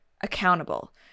accountable